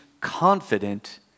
confident